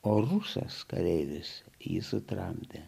o rusas kareivis jį sutramdė